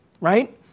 right